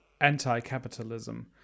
anti-capitalism